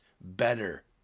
better